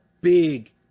big